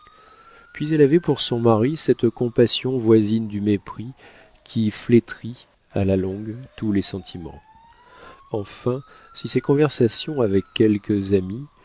puis elle avait pour son mari cette compassion voisine du mépris qui flétrit à la longue tous les sentiments enfin si ses conversations avec quelques amis